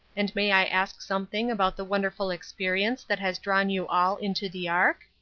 and may i ask something about the wonderful experience that has drawn you all into the ark?